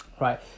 Right